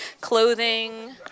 clothing